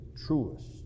truest